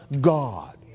God